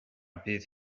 bydd